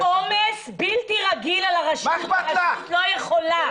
זה עומס בלתי רגיל על הרשות, הרשות לא יכולה.